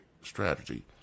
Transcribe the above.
strategy